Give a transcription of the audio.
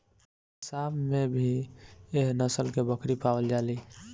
आसाम में भी एह नस्ल के बकरी पावल जाली